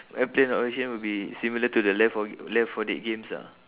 a place of origin would be similar to the left four left four dead games lah